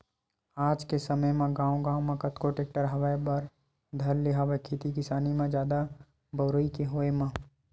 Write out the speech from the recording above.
आज के समे म गांव गांव म कतको टेक्टर होय बर धर ले हवय खेती किसानी म जादा बउरई के होय म